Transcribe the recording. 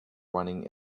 running